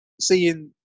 seeing